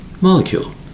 molecule